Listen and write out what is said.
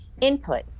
input